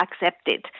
accepted